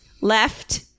left